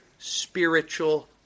spiritual